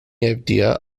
idea